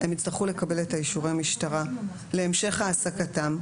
הם יצטרכו לקבל את אישורי המשטרה להמשך העסקתם.